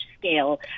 scale